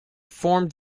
formed